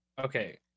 Okay